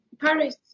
Paris